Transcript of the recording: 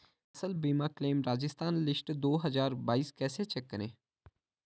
फसल बीमा claim Rajasthan list दो हज़ार बाईस कैसे चेक करें?